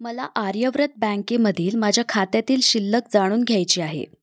मला आर्यव्रत बँकेमधील माझ्या खात्यातील शिल्लक जाणून घ्यायची आहे